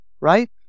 right